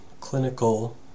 clinical